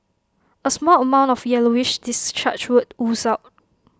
A small amount of yellowish discharge would ooze out